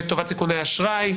לטובת סיכוני אשראי,